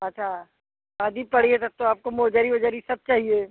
अच्छा शादी पड़ी है तब तो आपको मोजरी ओजरी सब चाहिए